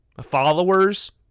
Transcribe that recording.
followers